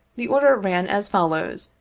the order ran as follows,